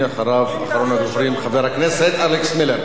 אחריו, אחרון הדוברים, חבר הכנסת אלכס מילר.